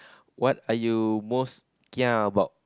what are you most kia about